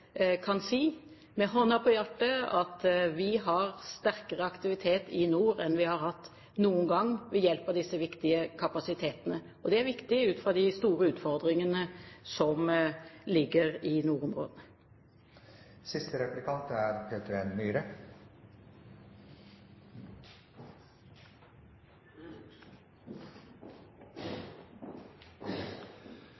kan si med hånden på hjertet at vi har sterkere aktivitet i nord enn vi har hatt noen gang – ved hjelp av disse viktige kapasitetene. Og det er viktig, ut fra de store utfordringene som ligger i nordområdene. Jeg vil også snakke om Sjøforsvaret. Norge hadde en